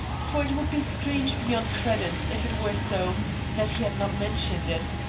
for it would be strange beyond credence if it were so that he had not mentioned it.